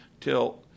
Till